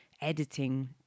editing